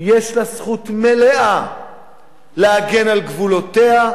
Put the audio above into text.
יש לה זכות מלאה להגן על גבולותיה,